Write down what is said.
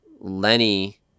Lenny